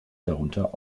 darunter